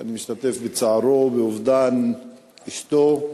אני משתתף בצערו באובדן אשתו,